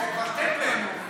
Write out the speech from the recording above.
מבקש?